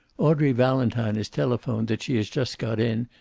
audrey valentine has telephoned that she has just got in,